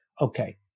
Okay